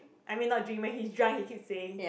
I mean not dream when he's drunk he keep saying